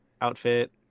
outfit